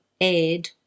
add